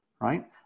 Right